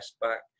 back